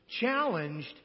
challenged